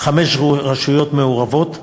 חמש רשויות מעורבות.